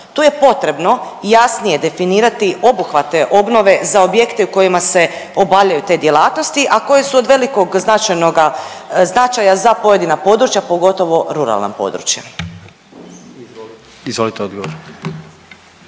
Tu je potrebno jasnije definirati obuhvate obnove za objekte u kojima se obavljaju te djelatnosti, a koje su od velikoga značajnoga, značaja za pojedina područja pogotovo ruralna područja.